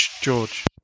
George